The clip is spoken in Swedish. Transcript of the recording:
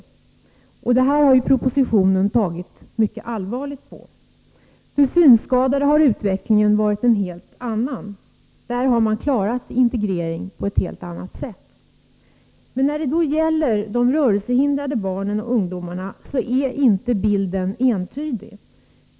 Detta Måndagen den tar man också mycket allvarligt på i propositionen. 19 december 1983 För synskadade har utvecklingen varit en helt annan. Där har man klarat integreringen på ett helt annat sätt. Åtgärder för elever När det gäller de rörelsehindrade barnen och ungdomarna är bilden inte med handikapp i entydig.